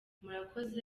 murakoze